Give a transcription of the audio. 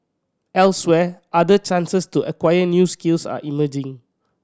elsewhere other chances to acquire new skills are emerging